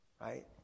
right